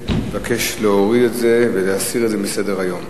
מבקש להוריד את זה ולהסיר את זה מסדר-היום.